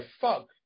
fuck